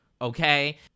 Okay